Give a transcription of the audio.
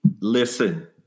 listen